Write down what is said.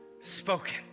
spoken